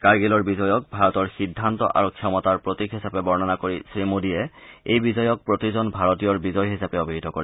কাৰ্গিলৰ বিজয়ক ভাৰতৰ সিদ্ধান্ত আৰু ক্ষমতাৰ প্ৰতীক হিচাপে বৰ্ণনা কৰি শ্ৰীমোডীয়ে এই বিজয়ক প্ৰতিজন ভাৰতীয়ৰ বিজয় হিচাপে অভিহিত কৰে